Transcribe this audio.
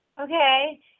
Okay